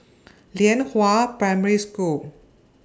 Lianhua Primary School